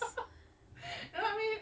ya dah suara dia sedap